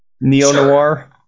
neo-noir